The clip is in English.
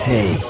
Hey